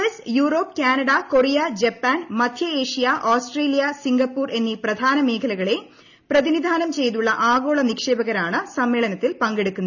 S Europe Canada Korea Japan മധ്യേഷ്യ Australia Singapore എന്നീ നിപ്രധാന മേഖലകളെ പ്രതിനിധാനം ചെയ്തുള്ള ആഗോള നിക്ഷേപകരാണ് സമ്മേളനത്തിൽ പങ്കെടുക്കുന്നത്